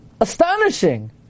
astonishing